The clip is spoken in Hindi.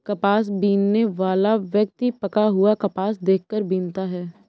कपास बीनने वाला व्यक्ति पका हुआ कपास देख कर बीनता है